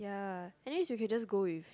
ya anyways you can just go with